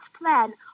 plan